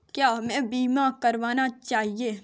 क्या हमें बीमा करना चाहिए?